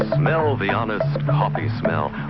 ah ah smell the honest coffee smell.